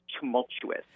tumultuous